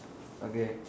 okay